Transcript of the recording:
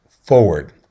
forward